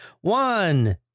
One